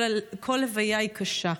כל לוויה היא קשה,